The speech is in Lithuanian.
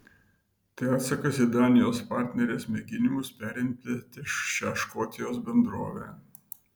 tai atsakas į danijos partnerės mėginimus perimti šią škotijos bendrovę